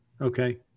Okay